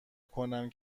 کنم